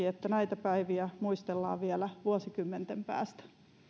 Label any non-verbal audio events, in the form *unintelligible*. *unintelligible* että näitä päiviä muistellaan vielä vuosikymmenten päästä